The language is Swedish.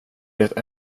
det